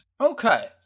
Okay